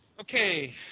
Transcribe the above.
Okay